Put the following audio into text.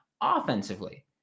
offensively